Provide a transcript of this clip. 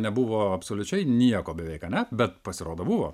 nebuvo absoliučiai nieko beveik ane bet pasirodo buvo